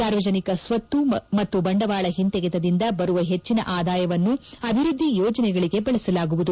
ಸಾರ್ವಜನಿಕ ಸ್ವತ್ತು ಮತ್ತು ಬಂಡವಾಳ ಹಿಂತೆಗೆತದಿಂದ ಬರುವ ಹೆಚ್ಚಿನ ಆದಾಯವನ್ನು ಅಭಿವೃದ್ದಿ ಯೋಜನೆಗಳಿಗೆ ಬಳಸಲಾಗುವುದು